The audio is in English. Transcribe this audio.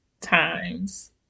times